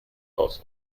aus